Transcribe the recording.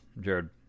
Jared